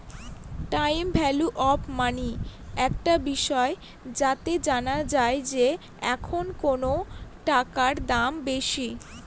time value of money একটা বিষয় যাতে জানা যায় যে এখন কোনো টাকার দাম বেশি